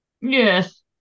Yes